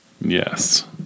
Yes